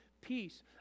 peace